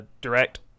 direct